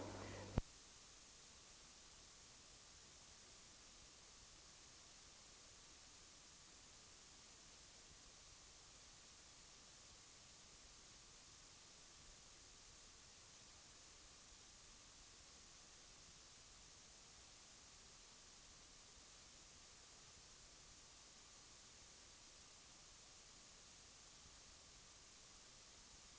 Båda dessa förslag från regeringen har numera bifallits av riksdagen.